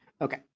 Okay